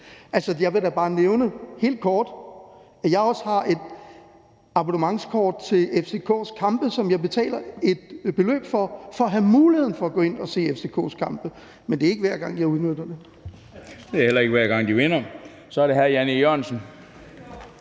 Jeg vil da bare helt kort nævne, at jeg også har et abonnementskort til FCK's kampe, som jeg betaler et beløb for, altså for at have muligheden for at gå ind og se FCK's kampe, men det er ikke hver gang, jeg benytter mig af det. Kl. 15:54 Den fg. formand (Bent Bøgsted): Det er heller ikke hver gang, de vinder. Så er det hr. Jan E. Jørgensen.